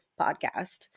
podcast